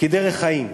כדרך חיים.